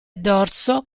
dorso